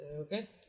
Okay